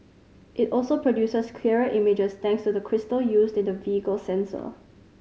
it also produces clearer images thanks to the crystal used in the vehicle's sensor